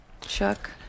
Chuck